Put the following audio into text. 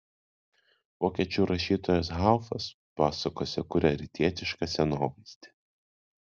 vokiečių rašytojas haufas pasakose kuria rytietišką scenovaizdį